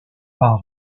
par